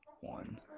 one